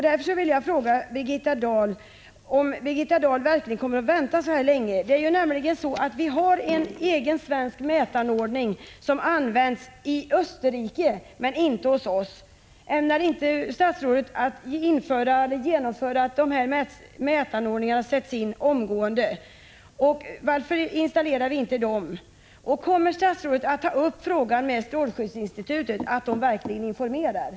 Jag vill fråga Birgitta Dahl om Birgitta Dahl verkligen kommer att vänta så länge med en mätanordning. Vi har ju en egen svensk mätanordning som används i Österrike, men inte hos oss. Ämnar inte statsrådet att se till att mätanordningar sätts in omedelbart? Varför installerar vi inte sådana? Kommer statsrådet att med strålskyddsinstitutet ta upp frågan om information?